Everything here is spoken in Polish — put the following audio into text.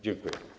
Dziękuję.